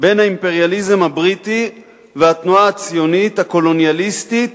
בין האימפריאליזם הבריטי והתנועה הציונית הקולוניאליסטית